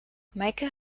meike